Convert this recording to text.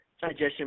digestion